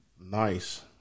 nice